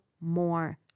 more